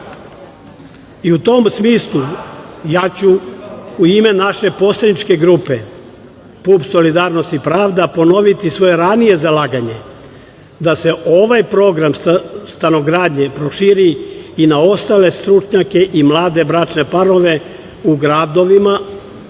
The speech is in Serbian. tom smislu ja ću u ime naše poslaničke grupe PUPS- Solidarnosti i pravda ponoviti svoje ranije zalaganje da se ovaj program stanogradnje proširi i na ostale stručnjake i mlade bračne parove u gradovima,